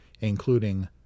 including